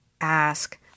ask